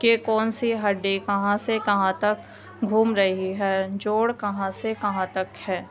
کہ کون سی ہڈی کہاں سے کہاں تک گھوم رہی ہے جوڑ کہاں سے کہاں تک ہے